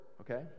okay